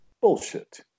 bullshit